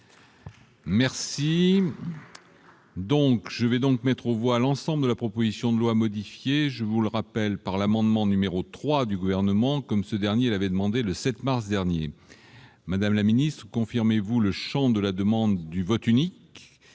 réservé. Je vais mettre aux voix l'ensemble de la proposition de loi modifiée par l'amendement n° 3 du Gouvernement, comme ce dernier l'avait demandé le 7 mars dernier. Madame la ministre, confirmez-vous le champ de la demande de vote unique ?